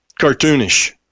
cartoonish